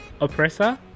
oppressor